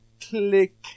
Click